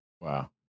Wow